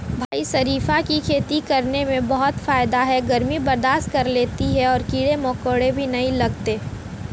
भाई शरीफा की खेती करने में बहुत फायदा है गर्मी बर्दाश्त कर लेती है और कीड़े मकोड़े भी नहीं लगते